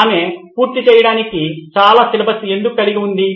ఆమె పూర్తి చేయడానికి చాలా సిలబస్ ఎందుకు కలిగి ఉంది